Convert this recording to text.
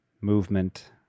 Movement